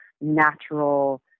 natural